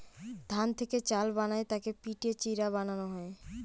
ধান থেকে চাল বানায় তাকে পিটে চিড়া বানানো হয়